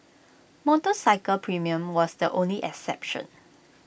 motorcycle premium was the only exception